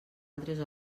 altres